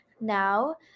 now